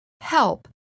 help